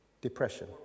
Depression